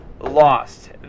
lost